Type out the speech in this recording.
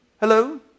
Hello